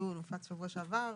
לדיון הופץ בשבוע שעבר,